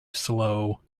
slow